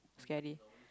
scary